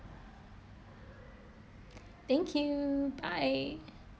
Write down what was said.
thank you bye